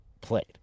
played